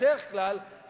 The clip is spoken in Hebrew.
בדרך כלל,